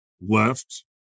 left